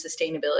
sustainability